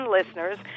listeners